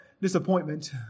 disappointment